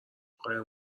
قایم